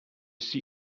see